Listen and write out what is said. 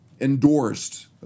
endorsed